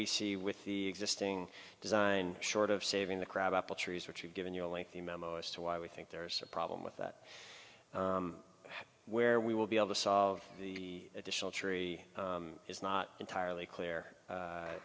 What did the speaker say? we see with the existing design short of saving the crab apple trees which we've given you a lengthy memo as to why we think there's a problem with that where we will be able to solve the additional tree is not entirely clear a